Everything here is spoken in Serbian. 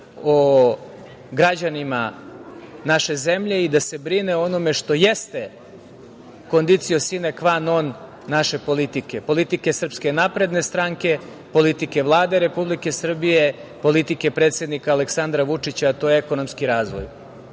o građanima naše zemlje i da se brine o onome što jeste "conditio sine qua non" naše politike, politike Srpske napredne stranke, politike Vlade Republike Srbije, politike predsednika Aleksandra Vučića, a to je ekonomski razvoj,